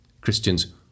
Christians